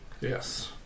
Yes